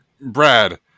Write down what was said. brad